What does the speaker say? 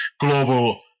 global